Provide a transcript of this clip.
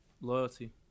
Loyalty